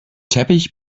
teppich